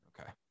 Okay